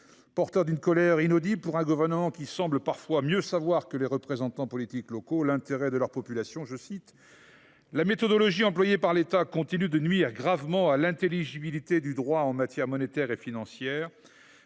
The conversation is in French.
porteurs d’une colère inaudible pour un gouvernement qui semble parfois mieux connaître que les représentants politiques locaux l’intérêt de leur population :« La méthodologie employée par l’État continue de nuire gravement à l’intelligibilité du droit en matière monétaire et financière,